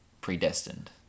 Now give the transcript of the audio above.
predestined